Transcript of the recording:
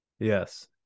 Yes